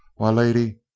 why, lady,